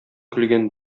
көлгән